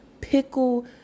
Pickle